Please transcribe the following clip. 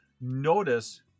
Notice